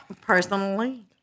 personally